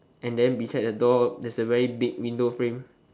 and then beside the door there's a very big window frame